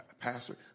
pastor